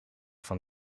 van